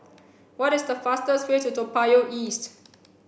what is the fastest way to Toa Payoh East